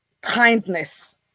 kindness